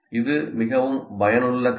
இது மிகவும் பயனுள்ள கருவி